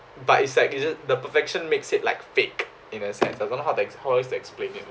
but it's like it's just the perfection makes it like fake in a sense I don't know how to ex~ how else to explain it